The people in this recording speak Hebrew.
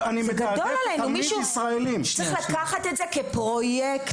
חבר כנסת צריך לקחת את זה כפרויקט.